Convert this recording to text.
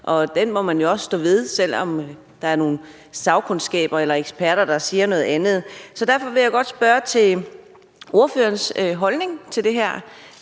og dem må man jo også stå ved, selv om sagkundskaben og eksperter siger noget andet. Derfor vil jeg godt spørge til ordførerens holdning til det her.